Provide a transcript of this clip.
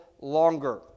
longer